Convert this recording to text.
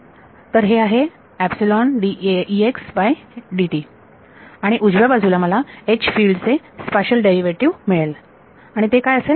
तर हे आहे आणि उजव्या बाजूला मला H फिल्ड चे स्पाशल डेरिवेटिव मिळेल आणि ते काय असेल